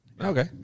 Okay